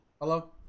Hello